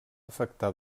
afectar